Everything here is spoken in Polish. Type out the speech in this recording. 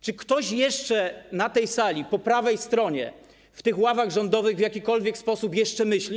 Czy ktoś na tej sali po prawej stronie w tych ławach rządowych w jakikolwiek sposób jeszcze myśli?